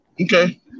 Okay